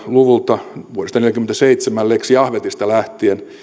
luvulta vuodesta neljäkymmentäseitsemän lex jahvetista lähtien